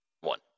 One